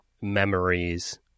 memories